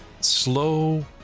Slow